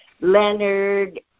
Leonard